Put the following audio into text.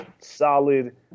solid